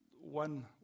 one